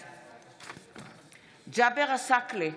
בעד ג'אבר עסאקלה,